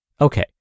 Okay